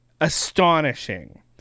astonishing